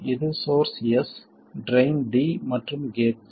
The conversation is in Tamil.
இது சோர்ஸ் S ட்ரைன் D மற்றும் கேட் G